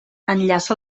enllaça